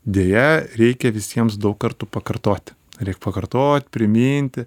deja reikia visiems daug kartų pakartoti reik pakartot priminti